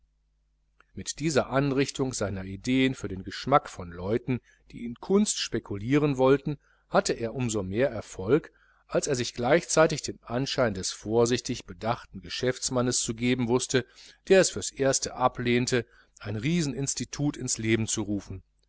mit dieser anrichtung seiner ideen für den geschmack von leuten die in kunst spekulieren wollten hatte er umsomehr erfolg als er sich gleichzeitig den anschein des vorsichtig bedachten geschäftsmannes zu geben wußte der es fürs erste ablehnte ein rieseninstitut ins leben zu rufen